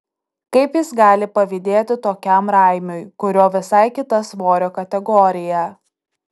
kaip jis gali pavydėti tokiam raimiui kurio visai kita svorio kategorija